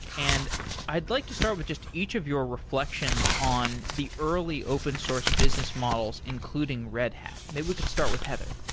and i'd like to start with just each of your reflections on the early open source business models including red hat. maybe could start with heather.